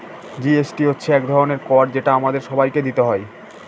GST হচ্ছে এক ধরনের কর যেটা আমাদের সবাইকে দিতে হয়